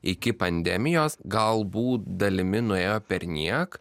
iki pandemijos galbūt dalimi nuėjo perniek